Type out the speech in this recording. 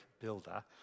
builder